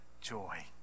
joy